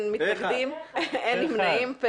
הצבעה אושר התקנות אושרו פה אחד.